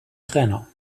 trainer